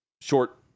short